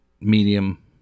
medium